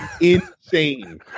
insane